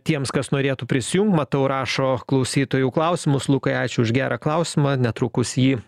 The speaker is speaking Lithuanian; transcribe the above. tiems kas norėtų prisijungt matau rašo klausytojų klausimus lukai ačiū už gerą klausimą netrukus jį